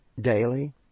daily